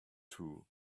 two